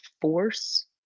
force